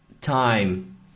time